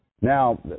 Now